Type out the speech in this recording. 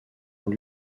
ont